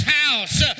house